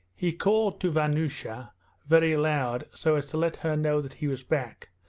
he called to vanyusha very loud so as to let her know that he was back,